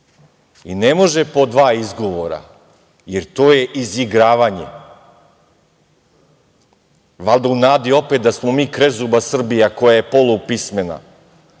i ne može po dva izgovora, jer to je izigravanje, valjda u nadi opet da smo mi krezuba Srbija koja je polupismena.